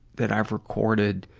that i've recorded,